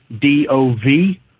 D-O-V